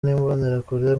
n’imbonerakure